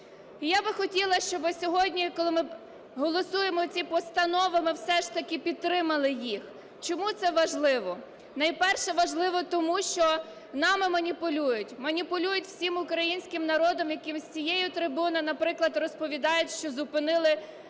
я би хотіла, щоби сьогодні, коли ми голосуємо ці постанови, ми все ж таки підтримали їх. Чому це важливо? Найперше, важливо тому, що нами маніпулюють. Маніпулюють всім українським народом, якому з цієї трибуни, наприклад, розповідають, що зупинили